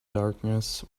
darkness